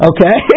Okay